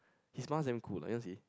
his smile is damn cool leh you wanna see